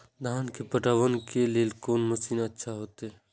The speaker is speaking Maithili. धान के पटवन के लेल कोन मशीन अच्छा होते?